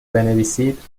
بنویسید